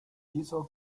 hizo